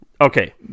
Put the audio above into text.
Okay